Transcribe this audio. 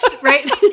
Right